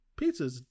pizzas